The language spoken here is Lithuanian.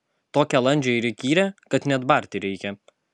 tokią landžią ir įkyrią kad net barti reikia